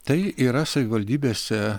tai yra savivaldybėse